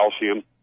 calcium